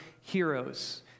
heroes